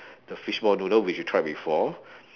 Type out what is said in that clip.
the fishball noodle which you tried before